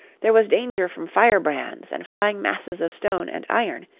there was danger from fire-brands and flying masses of stone and iron,